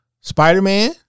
Spider-Man